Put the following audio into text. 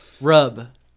Rub